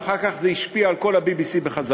ואחר כך זה השפיע על כל ה-BBC בחזרה,